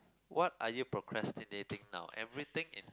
what are you procrastinating now everything in